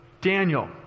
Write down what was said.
Daniel